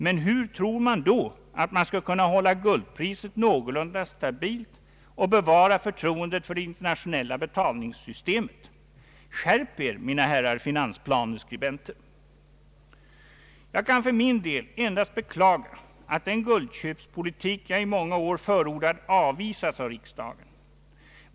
Men hur tror man då att man skall kunna hålla guldpriset någorlunda stabilt och bevara förtroendet för det internationella betalningssystemet? Skärp er mina herrar finansplaneskribenter! Jag kan för min del endast beklaga att den guldköpspolitik jag i många år förordat avvisats av riksdagen.